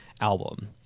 album